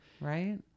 right